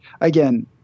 Again